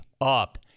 up